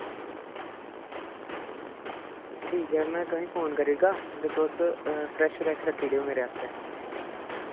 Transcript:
ठीक ऐ मैं तुसें फोन करी ओड़गा ते तुस फ्रैश फ्रैश रक्खी ओड़ेओ मेरे आस्तै